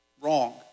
Wrong